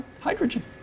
hydrogen